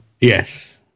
Yes